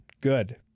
Good